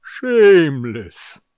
shameless